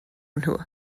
nhw